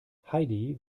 heidi